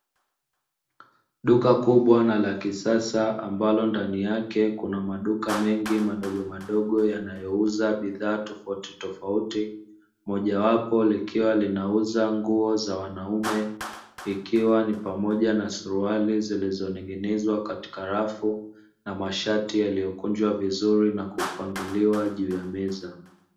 Duka kubwa na la kisasa ambalo ndani yake kuna maduka mengi madogomadogo yanayouza bidhaa tofautitofauti, mojawapo likiwa linauza nguo za wanaume ikiwa ni pamoja na suruali zilizonin'ginizwa katika rafu, na masharti yaliyokunjwa vizuri na kupangiliwa juu ya meza.